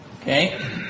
okay